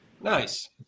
Nice